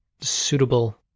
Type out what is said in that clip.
suitable